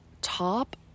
top